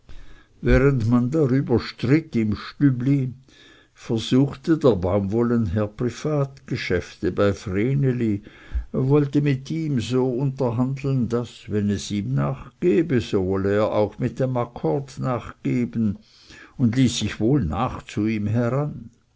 während man darüber stritt im stübli versuchte der baumwollenherr privatgeschäfte bei vreneli wollte mit ihm so unterhandeln daß wenn es ihm nachgebe so wolle er auch mit dem akkord nachgeben und ließ sich wohl nah zu ihm her